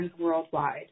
worldwide